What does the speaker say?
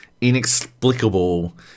inexplicable